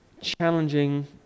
challenging